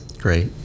Great